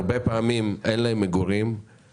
הרבה פעמים אין להם מגורים,